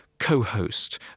co-host